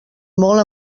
molt